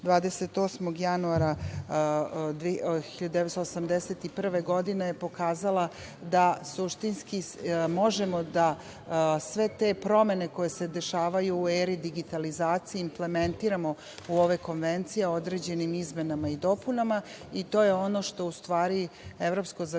28. januara 1981. godine, pokazala je da suštinski možemo sve te promene koje se dešavaju u eri digitalizacije, implementiramo u ove konvencije određenim izmenama i dopunama. To je ono što u stvari evropsko zakonodavstvo